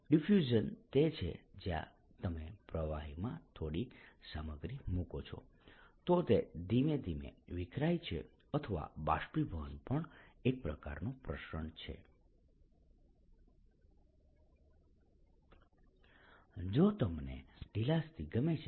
diffusion તે છે જ્યાં તમે પ્રવાહીમાં થોડી સામગ્રી મૂકો છો તો તે ધીમે ધીમે વિખરાય છે અથવા બાષ્પીભવન પણ એક પ્રકારનો પ્રસરણ છે જો તમને ઢીલાશથી ગમે છે